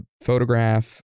photograph